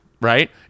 right